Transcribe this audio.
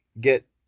get